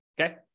okay